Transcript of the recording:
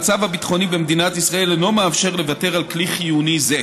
המצב הביטחוני במדינת ישראל אינו מאפשר לוותר על כלי חיוני זה